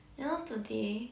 you know today